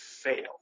fail